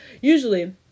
usually